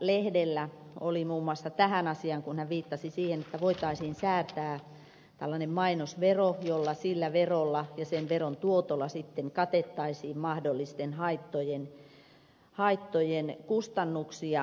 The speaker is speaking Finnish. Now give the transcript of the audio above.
lehdellä oli muun muassa tähän asiaan kun hän viittasi siihen että voitaisiin säätää tällainen mainosvero jolla verolla ja sen veron tuotolla sitten katettaisiin mahdollisten haittojen kustannuksia